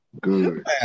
Good